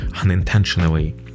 unintentionally